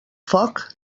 foc